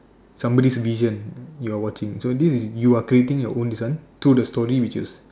somebody's vision you're watching so this is you are creating your own this one through the story which is